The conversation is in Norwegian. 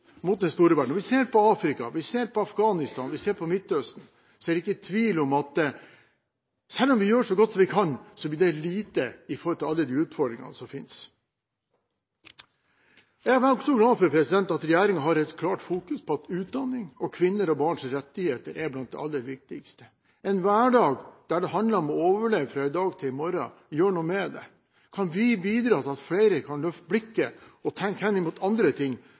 mot den store verden, når vi ser på Afrika, Afghanistan og Midtøsten, er det ikke tvil om at selv om vi gjør så godt vi kan, blir det lite i forhold til alle de utfordringene som finnes. Jeg er også glad for at regjeringen har en klar fokusering på at utdanning og kvinner og barns rettigheter er blant det aller viktigste. En hverdag der det handler om å overleve fra i dag til i morgen gjør noe med deg. Kan vi bidra til at flere kan løfte blikket og tenke henimot andre ting,